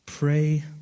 Pray